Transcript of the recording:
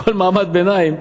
כל מעמד הביניים,